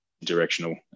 directional